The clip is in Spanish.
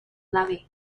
nave